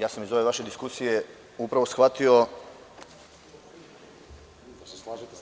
Ja sam iz ove vaše diskusije upravo shvatio